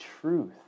truth